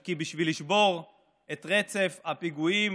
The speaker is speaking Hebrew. כי בשביל לשבור את רצף הפיגועים